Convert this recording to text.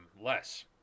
less